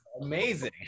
amazing